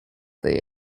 they